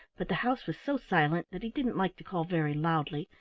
but the house was so silent that he didn't like to call very loudly,